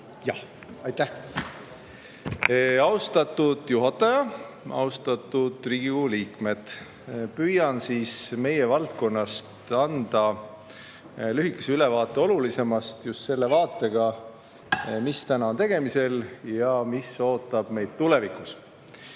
Aitäh, austatud juhataja! Austatud Riigikogu liikmed! Püüan meie valdkonnast anda lühikese ülevaate olulisemast, just selle vaatega, mis on tegemisel ja mis ootab meid tulevikus.